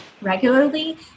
regularly